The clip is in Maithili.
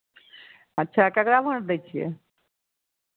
अच्छा ककरा भोट दै छियै